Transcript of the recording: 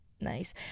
Nice